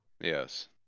yes